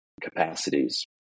capacities